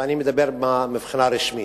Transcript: ואני מדבר מבחינה רשמית,